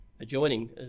adjoining